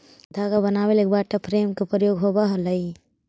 कपास से धागा बनावे लगी वाटर फ्रेम के प्रयोग होवऽ हलई